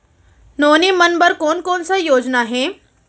नोनी मन बर कोन कोन स योजना हे?